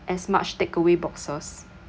as much takeaway boxes